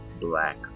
black